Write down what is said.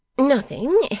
nothing,